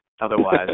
Otherwise